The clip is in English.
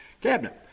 cabinet